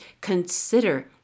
consider